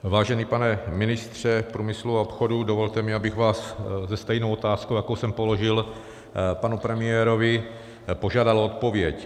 Vážený pane ministře průmyslu a obchodu, dovolte, abych vás se stejnou otázkou, jakou jsem položil panu premiérovi, požádal o odpověď.